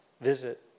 visit